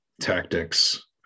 tactics